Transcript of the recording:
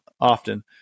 often